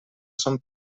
son